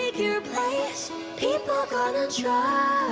ah your place people gonna try